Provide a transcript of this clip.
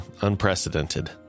unprecedented